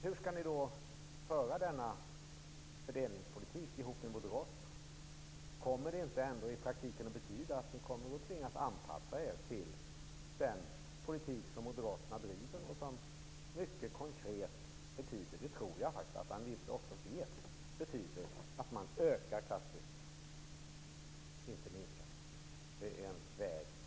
Hur skall Folkpartiet driva fördelningspolitiken ihop med Moderaterna? Kommer det ändå inte i praktiken att betyda att Folkpartiet tvingas anpassa sig till den politik Moderaterna driver, och som mycket konkret betyder - vilket jag tror att Anne Wibble vet - att man ökar klassklyftorna och inte minskar dem.